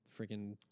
freaking